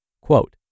quote